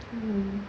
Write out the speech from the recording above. mm